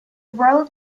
world